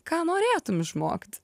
ką norėtum išmokt